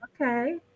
Okay